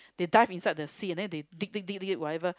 they dive inside the sea and then they dig dig dig dig whatever